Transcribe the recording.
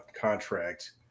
contract